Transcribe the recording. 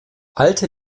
alte